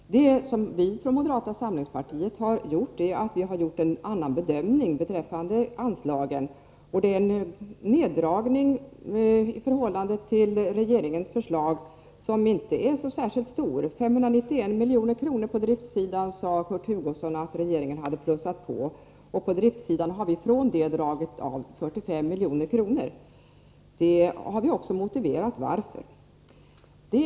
Det vi från moderata samlingspartiet har gjort är en annan bedömning beträffande anslagen, och det är en neddragning i förhållande till regeringens förslag som inte är så särskilt stor. 591 milj.kr. på driftsidan sade Kurt Hugosson att regeringen hade plussat på, och vi har från det dragit av 45 milj.kr. Vi har också motiverat varför vi har gjort detta.